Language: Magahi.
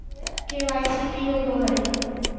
के.वाई.सी की होबो है?